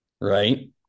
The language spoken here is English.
right